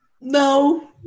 No